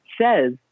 says